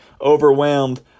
overwhelmed